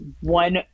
one